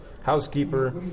Housekeeper